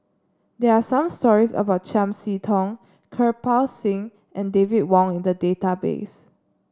there are some stories about Chiam See Tong Kirpal Singh and David Wong in the database